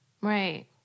Right